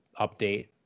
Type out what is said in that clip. update